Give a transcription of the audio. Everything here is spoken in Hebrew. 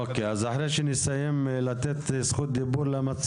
לאחר שנשמע את המציעים